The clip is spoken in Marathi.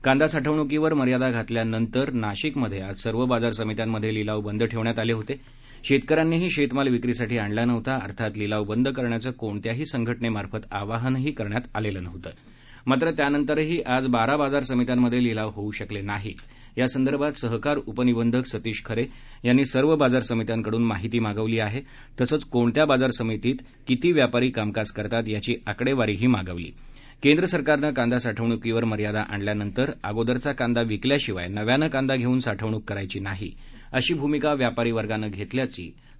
कांदा साठवणुकीवर मर्यादा घातल्यामुळे नाशिक आज सर्वच बाजार समित्यांमध्ये लिलाव बंद ठेवण्यात आले होते शेतकऱ्यांनीही शेत माल विक्रीसाठी आणला नव्हता अर्थात लिलाव बंद करण्याचे कोणत्याही संघटनेमार्फत आवाहन करण्यात आलेले नव्हते मात्र त्यानंतरही आज बारा बाजार समित्यांमध्ये लिलाव होऊ शकले नाहीत या संदर्भात सहकार उपनिबंधक सतीश खरे यांनी सर्व बाजार समित्यांकडून माहिती मागवली आहे तसेच कोणत्या बाजार समिती मध्ये किती व्यापारी कामकाज करतात याची ही आकडेवारी मागवली आहे केंद्र सरकारने कांदा साठवणुकीवर मर्यादा आणल्यानंतर अगोदर चा कांदा विकल्याशिवाय नव्याने कांदा घेऊन साठवणूक करायची नाही अशी भूमिका व्यापारी वर्गाने घेतल्याचे सूत्रांनी सांगितलं